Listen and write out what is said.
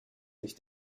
sich